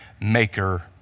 maker